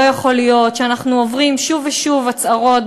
לא יכול להיות שאנחנו עוברים שוב ושוב הצהרות,